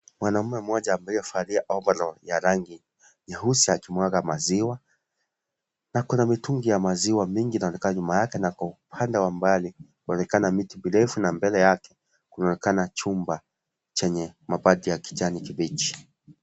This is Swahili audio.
Mwanaume mmoja aliyevalia overall ya rangi nyeusi akimwaga maziwa, na kuna mitungi ya maziwa mingi inaonekana nyuma yake, na kwa upande wa mbali kunaonekana miti mirefu na mbele yake kunaonekana chumba chenye mabati ya kijani kibichi.